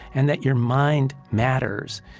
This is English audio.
and that your mind matters.